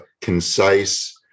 concise